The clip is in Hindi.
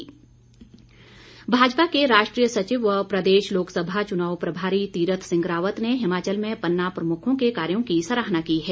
तीर्थ सिंह भाजपा के राष्ट्रीय सचिव व प्रदेश लोकसभा चुनाव प्रभारी तीर्थ सिंह रावत ने हिमाचल में पन्ना प्रमुखों के कार्यों की सराहना की है